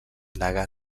negà